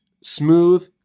smooth